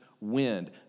wind